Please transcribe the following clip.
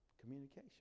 Communication